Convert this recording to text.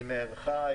היא נערכה.